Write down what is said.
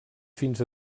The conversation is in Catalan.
fins